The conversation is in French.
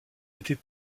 était